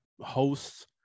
hosts